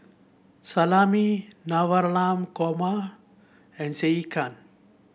Salami Navratan Korma and Sekihan